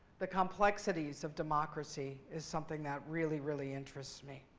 the complexities of democracy is something that really, really interests me.